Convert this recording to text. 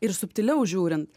ir subtiliau žiūrin